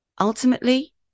Ultimately